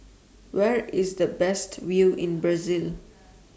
Where IS The Best View in Brazil